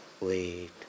wait